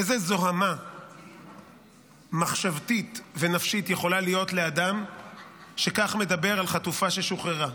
איזו זוהמה מחשבתית ונפשית יכולה להיות לאדם שכך מדבר על חטופה ששוחררה.